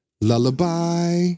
lullaby